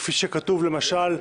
כתוב, למשל,